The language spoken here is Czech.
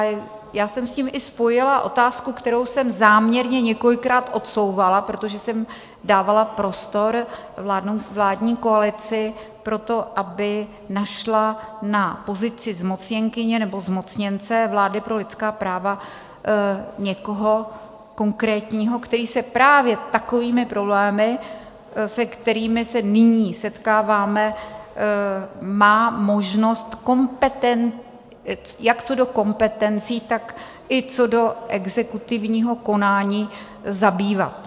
Já jsem s tím i spojila otázku, kterou jsem záměrně několikrát odsouvala, protože jsem dávala prostor vládní koalici pro to, aby našla na pozici zmocněnkyně nebo zmocněnce vlády pro lidská práva někoho konkrétního, který se právě takovými problémy, se kterými se nyní setkáváme, má možnost jak co do kompetencí, tak i co do exekutivního konání zabývat.